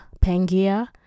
Pangaea